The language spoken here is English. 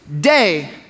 day